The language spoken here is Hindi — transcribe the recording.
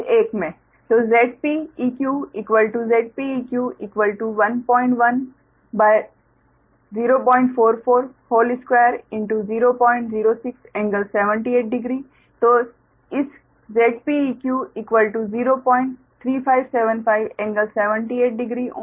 तो Zpeq Zpeq 11 0442006 ∟78o तो इस Zpeq 03575 ∟78o Ω